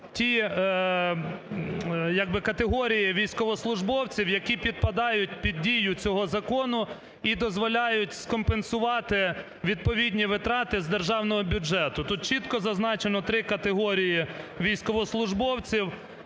би категорії військовослужбовців, які підпадають під дію цього закону і дозволяють скомпенсувати відповідні витрати з державного бюджету. Тут чітко зазначено три категорії військовослужбовців,